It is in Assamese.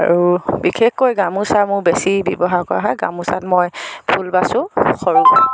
আৰু বিশেষকৈ গামোচা মোৰ বেছি ব্যৱহাৰ কৰা হয় গামোচাত মই ফুল বাছোঁ সৰু